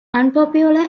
unpopular